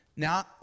Now